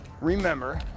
remember